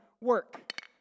work